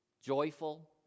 Joyful